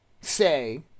say